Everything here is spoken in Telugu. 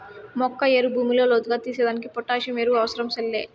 మొక్క ఏరు భూమిలో లోతుగా తీసేదానికి పొటాసియం ఎరువు అవసరం సెల్లే